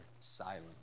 silent